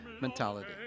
mentality